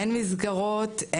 אין מסגרות,